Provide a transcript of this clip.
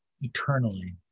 eternally